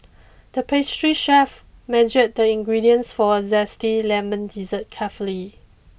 the pastry chef measured the ingredients for a zesty lemon dessert carefully